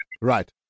Right